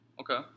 Okay